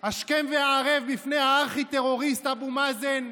השכם והערב בפני הארכי-טרוריסט אבו מאזן,